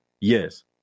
Yes